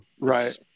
right